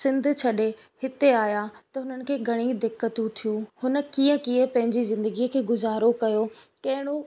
सिंध छॾे हिते आहियां त उन्हनि खे घणी दिक़तूं थियूं हुन कीअं कीअं पंहिंजी ज़िंदगीअ खे गुज़ारो कयो कहिड़ो